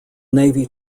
navy